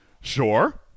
Sure